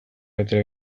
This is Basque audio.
atera